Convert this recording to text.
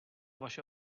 vaše